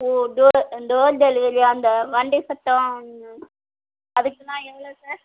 ஓ door ஆ door delivery அந்த வண்டி சத்தம் வாங்க அதுக்குலாம் எவ்வளோ சார்